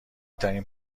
ترین